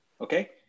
Okay